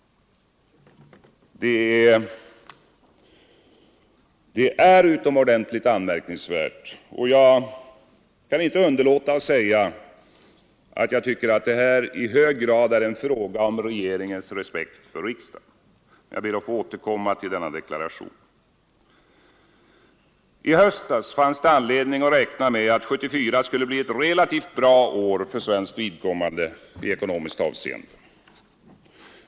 Förfarandet är utomordentligt anmärkningsvärt. Jag kan inte underlåta att säga att jag tycker att detta i hög grad är en fråga om regeringens respekt för riksdagen. Jag ber att få återkomma till deklarationen. I höstas fanns det anledning att räkna med att 1974 skulle bli ett relativt bra år för svenskt vidkommande i ekonomiskt hänseende.